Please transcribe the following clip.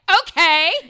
okay